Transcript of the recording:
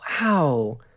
wow